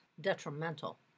detrimental